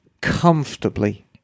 comfortably